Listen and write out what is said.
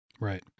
Right